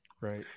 Right